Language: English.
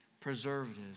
preservatives